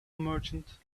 merchant